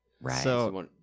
right